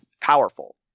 powerful